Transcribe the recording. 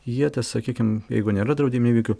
jie tas sakykim jeigu nėra draudiminių įvykių